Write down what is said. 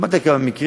שמעתי על כמה מקרים,